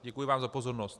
Děkuji vám za pozornost.